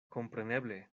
kompreneble